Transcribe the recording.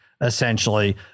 essentially